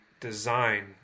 design